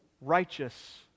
righteous